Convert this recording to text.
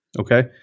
okay